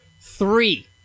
three